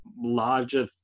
larger